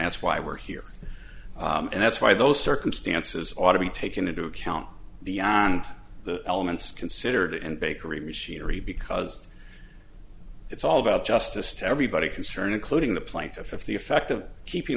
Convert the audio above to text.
that's why we're here and that's why those circumstances ought to be taken into account beyond the elements considered in bakery machinery because it's all about justice to everybody concerned including the plaintiff if the effect of keeping